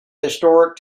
historic